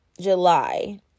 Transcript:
July